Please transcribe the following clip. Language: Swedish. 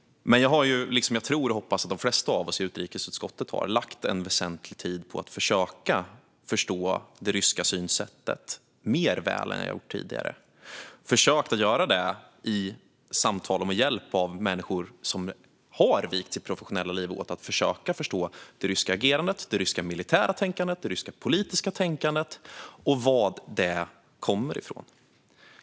Men jag har, liksom jag tror och hoppas att de flesta av oss i utrikesutskottet har, lagt väsentlig tid på att försöka förstå det ryska synsättet bättre än jag gjort tidigare. Jag har försökt att göra det i samtal med och med hjälp av människor som har vigt sitt professionella liv åt att försöka förstå det ryska agerandet, det ryska militära tänkandet och det ryska politiska tänkandet samt varifrån detta kommer.